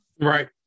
right